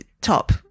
top